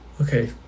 okay